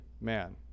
man